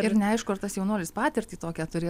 ir neaišku ar tas jaunuolis patirtį tokią turi